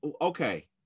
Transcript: okay